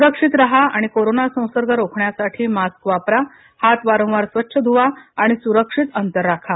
सुरक्षित राहा आणि कोरोना संसर्ग रोखण्यासाठी मास्क वापरा हात वारंवार स्वच्छ धुवा आणि सुरक्षित अंतर राखा